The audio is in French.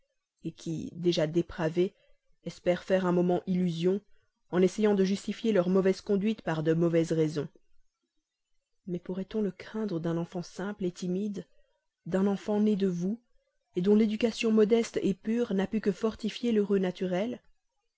méconnaître qui déjà dépravés espèrent faire un moment d'illusion en essayant de justifier leur mauvaise conduite par de mauvaises raisons mais pourrait-on le craindre d'un enfant simple timide d'un enfant né de vous dont l'éducation modeste pure n'a pu que fortifier l'heureux naturel